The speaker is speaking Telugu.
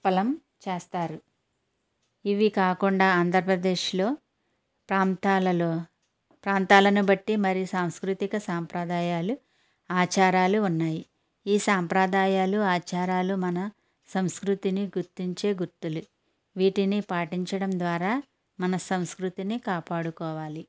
అప్పలం చేస్తారు ఇవి కాకుండా ఆంధ్ర ప్రదేశ్లో ప్రాంతాలలో ప్రాంతాలను బట్టి మరి సాంస్కృతిక సాంప్రదాయాలు ఆచారాలు ఉన్నాయి ఈ సాంప్రదాయాలు ఆచారాలు మన సంస్కృతిని గుర్తించే గుర్తులు వీటిని పాటించడం ద్వారా మన సంస్కృతిని కాపాడుకోవాలి